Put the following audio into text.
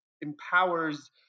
empowers